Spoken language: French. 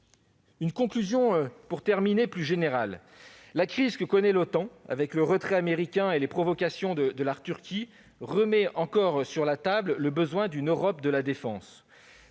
une remarque d'ordre plus général : la crise que connaît l'OTAN, avec le retrait américain et les provocations de la Turquie, remet sur la table le besoin d'une Europe de la défense.